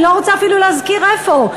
אני לא רוצה אפילו להזכיר איפה.